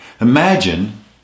imagine